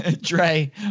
Dre